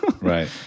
right